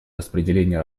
распределения